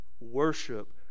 Worship